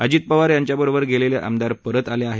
अजित पवार यांच्याबरोबर गेलेले आमदार परत आले आहेत